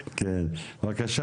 אם צריך,